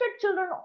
children